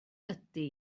ydy